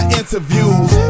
interviews